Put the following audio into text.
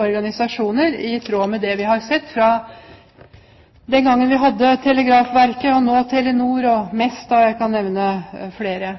organisasjoner, i tråd med det vi har sett fra den gangen vi hadde Telegrafverket, og nå Telenor, Mesta, og jeg kan nevne flere.